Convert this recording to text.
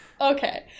Okay